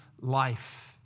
life